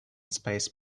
space